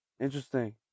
Interesting